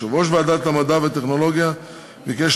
יושב-ראש ועדת המדע והטכנולוגיה ביקש